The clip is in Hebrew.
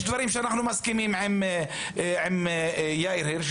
יש דברים שאנחנו מסכימים עם יאיר הירש,